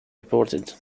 reported